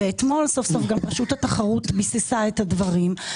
ואתמול סוף סוף גם רשות התחרות ביססה את הדברים.